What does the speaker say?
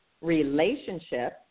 relationship